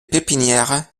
pépinières